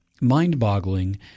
mind-boggling